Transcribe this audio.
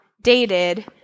dated